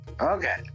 Okay